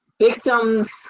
Victims